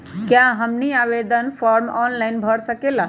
क्या हमनी आवेदन फॉर्म ऑनलाइन भर सकेला?